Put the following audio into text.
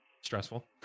Stressful